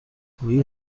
گویی